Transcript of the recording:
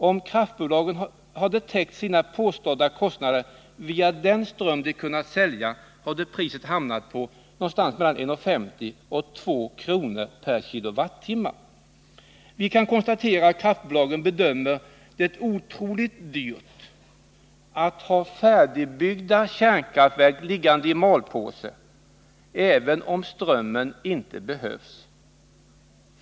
Om kraftbolagen hade täckt sina påstådda kostnader via den ström de kunnat sälja, hade priset hamnat någonstans mellan 1:50 och 2 kr./kWh. Vi kan konstatera att kraftbolagen bedömer det som otroligt dyrt att ha färdigbyggda kärnkraftverk liggande i ”malpåse”, även om strömmen inte behövs.